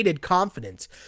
confidence